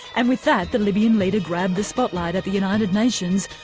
and with that, the libyan leader grabbed the spotlight at the united nations,